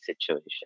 situation